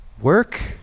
Work